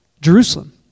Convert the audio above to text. Jerusalem